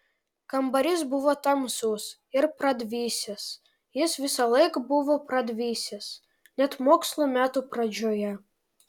kambarys buvo tamsus ir pradvisęs jis visąlaik buvo pradvisęs net mokslo metų pradžioje